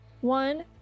one